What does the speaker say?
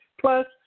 Plus